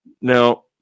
Now